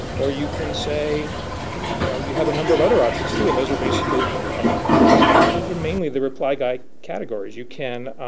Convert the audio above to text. or you can say you know you have a number of other options too and those are basically i think those are mainly the reply guy categories you can